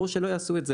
ברור שלא יעשו את זה.